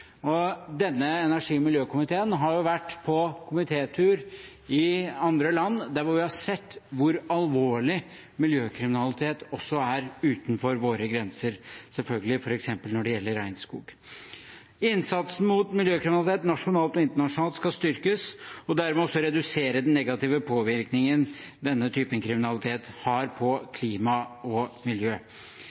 Denne energi- og miljøkomiteen har jo vært på komitétur i andre land, hvor vi har sett hvor alvorlig miljøkriminalitet også er utenfor våre grenser, selvfølgelig f.eks. når det gjelder regnskog. Innsatsen mot miljøkriminalitet nasjonalt og internasjonalt skal styrkes og dermed også redusere den negative påvirkningen denne typen kriminalitet har på klima og miljø.